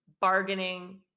bargaining